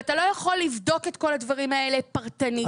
ואתה לא יכול לבדוק את כל הדברים האלה פרטנית.